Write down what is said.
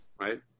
right